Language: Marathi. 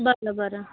बरं बरं